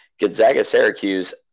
Gonzaga-Syracuse